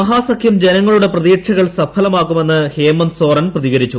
മഹാസഖ്യം ജനങ്ങളുടെ പ്രതീക്ഷകൾ സഫലമാക്കുമെന്ന് ഹേമന്ദ് സോറൻ പ്രതികരിച്ചു